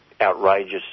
outrageous